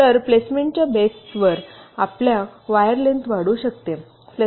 तर प्लेसमेंटच्या बेसवरवर आपल्या वायर लेन्थ वाढू शकते